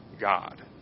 God